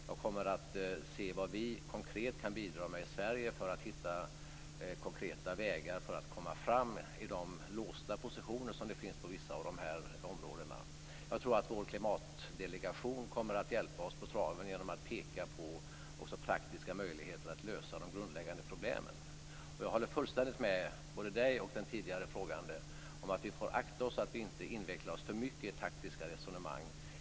Jag kommer att se vad vi i Sverige konkret kan bidra med för att hitta konkreta vägar för att komma fram i de låsta positioner som finns på vissa områden. Jag tror också att vår klimatdelegation kommer att hjälpa oss på traven genom att peka på praktiska möjligheter för att lösa de grundläggande problemen. Jag håller fullständigt med både Dan Ericsson och den tidigare frågeställaren om att vi får akta oss för att inte inveckla oss för mycket i taktiska resonemang.